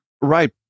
Right